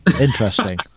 interesting